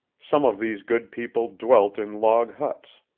some of these good people dwelt in log-huts,